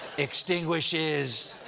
extinguishes.